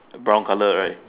brown color right